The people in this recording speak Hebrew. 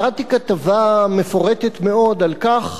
קראתי כתבה מפורטת מאוד על כך